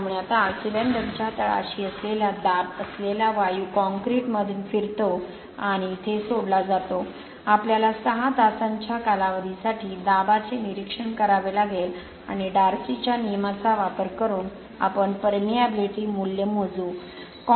त्यामुळे आता सिलेंडरच्या तळाशी असलेला दाब असलेला वायू काँक्रीटमधून फिरतो आणि इथे सोडला जातो आपल्याला 6 तासांच्या कालावधीसाठी दाबाचे निरीक्षण करावे लागेल आणि डार्सीच्या नियमाचा वापर करून आपण परमिएबिलिटी मूल्य मोजू